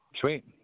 Sweet